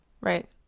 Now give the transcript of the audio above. right